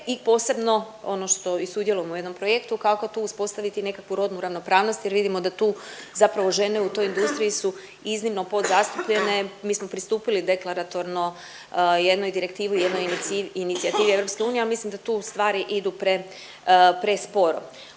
i posebno ono što i sudjelujemo u jednom projektu kako tu uspostaviti nekakvu rodnu ravnopravnost jer vidimo da tu zapravo žene u toj industriji su iznimno podzastupljene. Mi smo pristupili deklaratorno jednoj direktivi, jednoj inicijativi EU ali mislim da tu stvari idu pre, presporo.